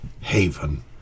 haven